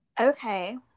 Okay